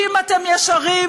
כי אם אתם ישרים,